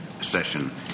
session